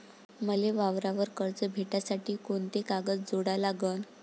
मले वावरावर कर्ज भेटासाठी कोंते कागद जोडा लागन?